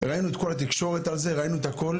ראינו את כל התקשורת על זה וראינו את הכל,